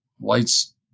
lights